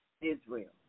Israel